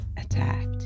attacked